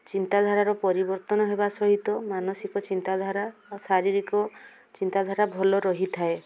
ଚିନ୍ତାଧାରାର ପରିବର୍ତ୍ତନ ହେବା ସହିତ ମାନସିକ ଚିନ୍ତାଧାରା ଓ ଶାରୀରିକ ଚିନ୍ତାଧାରା ଭଲ ରହିଥାଏ